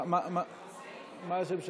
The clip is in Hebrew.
מה השם שלו?